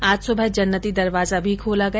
आज सूबह जन्नती दरवाजा भी खोला गया